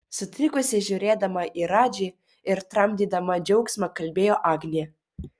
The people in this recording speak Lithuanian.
sutrikusi žiūrėdama į radži ir tramdydama džiaugsmą kalbėjo agnė